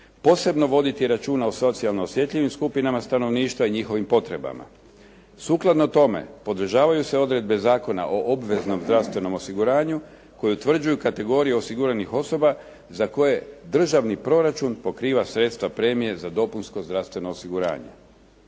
posebno voditi računa o socijalno osjetljivim skupinama stanovništva i njihovim potrebama. Sukladno tome podržavaju se odredbe Zakona o obveznom zdravstvenom osiguranju koje utvrđuju kategorije osiguranih osoba za koje državni proračun pokriva sredstva premije za dopunsko zdravstveno osiguranje.